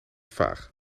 vaag